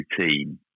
routine